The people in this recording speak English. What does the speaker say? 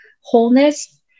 wholeness